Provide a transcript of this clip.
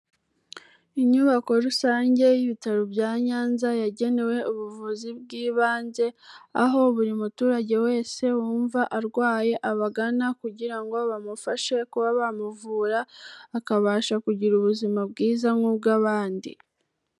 Inyubako rusange y'ibitaro bya Nyanza yagenewe ubuvuzi bw'ibanze, aho buri muturage wese wumva arwaye abagana, kugira ngo bamufashe kuba bamuvura, akabasha kugira ubuzima bwiza nk'ubwo abandi.